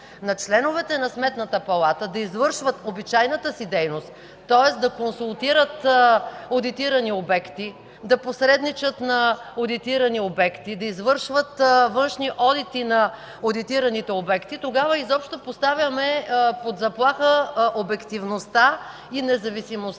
на членовете на Сметната палата да извършват обичайната си дейност, тоест да консултират одитирани обекти, да посредничат на одитирани обекти, да извършват външни одити на одитираните обекти, тогава изобщо поставяме под заплаха обективността и независимостта